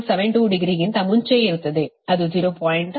72 ಡಿಗ್ರಿಗಿಂತ ಮುಂಚೆಯೇ ಇರುತ್ತದೆ ಅದು 0